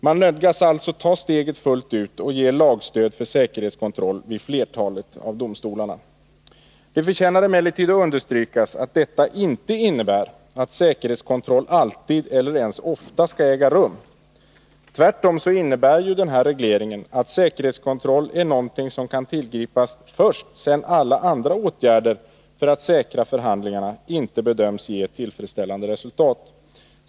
Man nödgas alltså ta steget fullt ut och ge lagstöd för säkerhetskontroll vid flertalet av domstolarna. Det förtjänar emellertid att understrykas att detta inte innebär att säkerhetskontroll alltid eller ens ofta skall äga rum. Tvärtom innebär regleringen att säkerhetskontroll är någonting som kan tillgripas först sedan alla andra åtgärder för att säkra förhandlingarna inte bedöms ge tillfredsställande resultat.